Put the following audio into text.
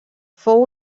fou